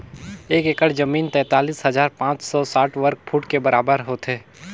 एक एकड़ जमीन तैंतालीस हजार पांच सौ साठ वर्ग फुट के बराबर होथे